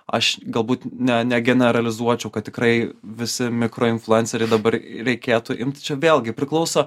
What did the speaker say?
aš galbūt ne negeneralizuočiau kad tikrai visi mikro influenceriai dabar reikėtų imti čia vėlgi priklauso